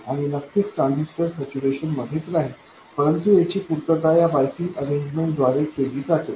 आणि नक्कीच transistor saturation मध्येच राहील परंतु याची पूर्तता या बायसिंग अरेंजमेंट द्वारे केली जाते